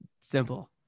Simple